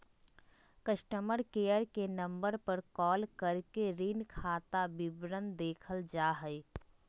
customer care के number पर call करके ऋण खाता विवरण देखल जा हय